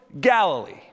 Galilee